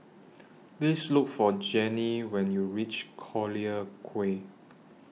Please Look For Janie when YOU REACH Collyer Quay